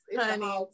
honey